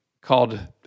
called